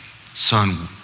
Son